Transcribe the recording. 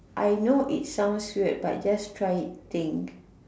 I know it sounds weird but just try it thing